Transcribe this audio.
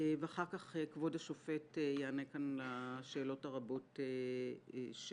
ואחר כך כבוד השופט יענה כאן לשאלות הרבות שעלו.